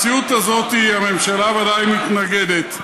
הזאת, הממשלה ודאי מתנגדת.